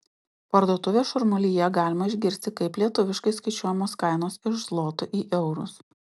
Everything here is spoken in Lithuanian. parduotuvės šurmulyje galima išgirsti kaip lietuviškai skaičiuojamos kainos iš zlotų į eurus